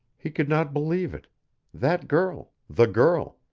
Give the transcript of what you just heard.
he could not believe it that girl the girl.